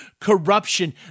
corruption